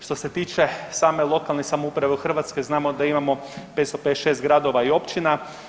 Što se tiče same lokalne samouprave u Hrvatskoj, znamo da imamo 556 gradova i općina.